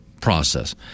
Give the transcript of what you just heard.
process